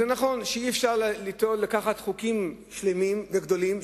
נכון שאי-אפשר לקחת חוקים שלמים וגדולים,